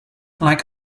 like